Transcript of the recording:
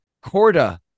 Corda